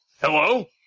Hello